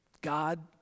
God